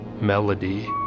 melody